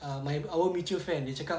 ah my our mutual friend dia cakap